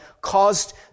caused